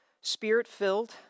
spirit-filled